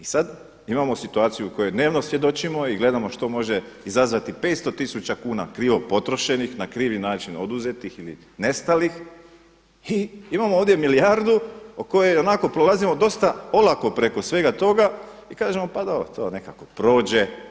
I sada imamo situaciju kojoj dnevno svjedočimo i gledamo što može izazvati 500 tisuća kuna krivo potrošenih, na krivi način oduzetih ili nestalih i imamo ovdje milijardu o kojoj onako prelazimo dosta olako preko svega toga i kažemo pa dobro to nekako prođe.